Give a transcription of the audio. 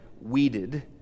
weeded